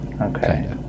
Okay